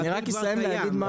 אני רק אסיים להגיד.